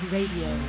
Radio